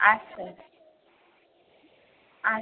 আচ্ছা আছ